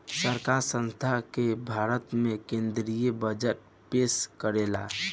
सरकार संसद में भारत के केद्रीय बजट पेस करेला